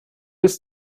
ist